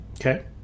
Okay